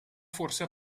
forse